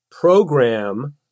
program